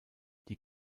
die